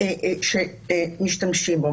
שמשתמשים בו.